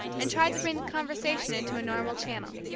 and tried to bring the conversation into a normal channel.